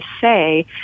say